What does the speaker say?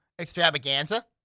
extravaganza